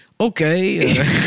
okay